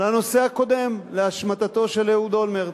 לנושא הקודם, להשמטתו של אהוד אולמרט.